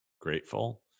grateful